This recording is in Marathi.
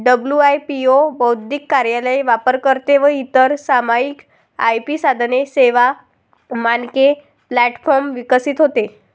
डब्लू.आय.पी.ओ बौद्धिक कार्यालय, वापरकर्ते व इतर सामायिक आय.पी साधने, सेवा, मानके प्लॅटफॉर्म विकसित होते